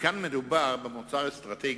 וכאן מדובר במוצר אסטרטגי,